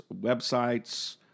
websites